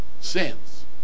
Sins